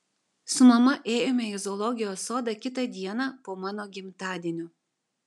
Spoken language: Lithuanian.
su mama ėjome į zoologijos sodą kitą dieną po mano gimtadienio